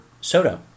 Soto